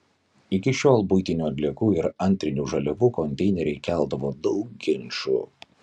iki šiol buitinių atliekų ir antrinių žaliavų konteineriai keldavo daug ginčų